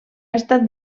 estat